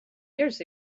years